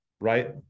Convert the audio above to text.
right